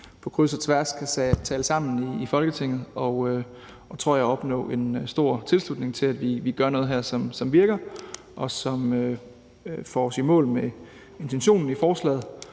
På kryds og tværs kan vi tale sammen i Folketinget og, tror jeg, opnå en stor tilslutning til, at vi gør noget her, som virker, som får os i mål med intentionen i forslaget,